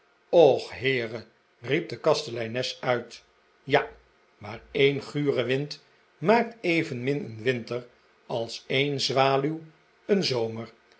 och heere riep de kasteleines uit ja maar een gure wind maakt evenmin een winter als een zwaluw een zomer